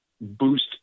boost